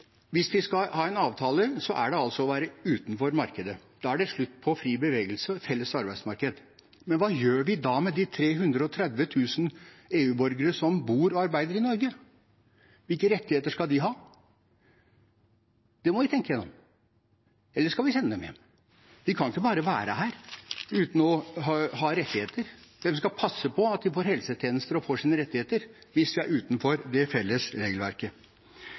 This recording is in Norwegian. Hvis vi skal ha en avtale, er det altså å være utenfor markedet; da er det slutt på fri bevegelse og felles arbeidsmarked. Men hva gjør vi da med de 330 000 EU-borgerne som bor og arbeider i Norge? Hvilke rettigheter skal de ha? Det må vi tenke gjennom. Eller skal vi sende dem hjem? De kan ikke bare være her, uten å ha rettigheter. Hvem skal passe på at de får helsetjenester og rettigheter hvis vi er utenfor det felles regelverket?